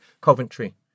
Coventry